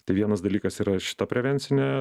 tai vienas dalykas yra šita prevencinė